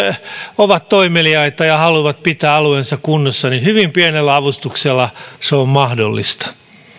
ovat toimeliaita ja haluavat pitää alueensa kunnossa niin hyvin pienellä avustuksella se on mahdollista